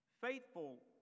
faithful